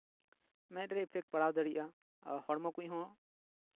ᱢᱮᱫ ᱨᱮ ᱤᱯᱷᱮᱠᱴ ᱯᱟᱲᱟᱣ ᱫᱟᱲᱮᱭᱟᱜᱼᱟ ᱦᱚᱲᱢᱚ ᱠᱚᱦᱚᱸ